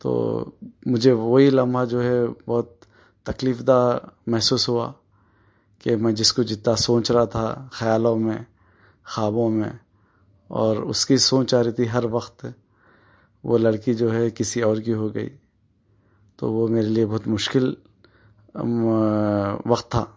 تو مجھے وہی لمحہ جو ہے بہت تکلیف دہ محسوس ہوا کہ میں جس کو جتنا سوچ رہا تھا خیالاوں میں خوابوں میں اور اس کی سوچ آ رہی تھی ہر وقت وہ لڑکی جو ہے کسی اور کی ہو گئی تو وہ میرے لیے بہت مشکل وقت تھا